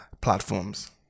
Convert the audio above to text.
platforms